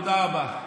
תודה רבה.